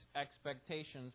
expectations